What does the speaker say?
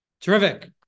Terrific